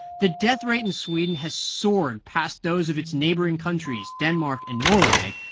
the death rate in sweden has soared past those of its neighboring countries denmark and norway,